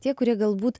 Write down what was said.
tie kurie galbūt